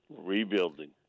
Rebuilding